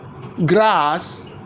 grass